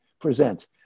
present